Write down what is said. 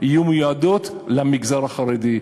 ברשויות המקומות ובכל השירות הציבורי יהיה מיועד למגזר החרדי.